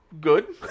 good